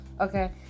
okay